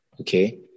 Okay